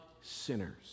sinners